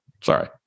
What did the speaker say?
Sorry